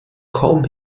kaum